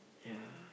ya